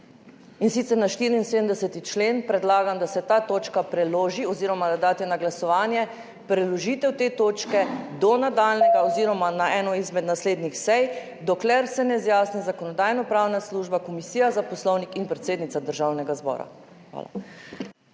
in sicer, na 74. člen predlagam, da se ta točka preloži oziroma, jo daste na glasovanje, preložitev te točke do nadaljnjega oziroma na eno izmed naslednjih sej, dokler se ne izjasni Zakonodajno-pravna služba, Komisija za poslovnik in predsednica Državnega zbora. Hvala.